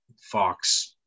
fox